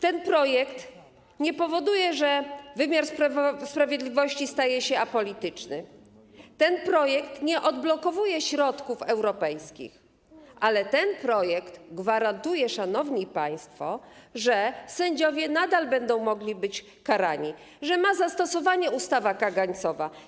Ten projekt nie powoduje, że wymiar sprawiedliwości staje się apolityczny, ten projekt nie odblokowuje środków europejskich, ale ten projekt gwarantuje, szanowni państwo, że sędziowie nadal będą mogli być karani, że ma zastosowanie ustawa kagańcowa.